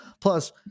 plus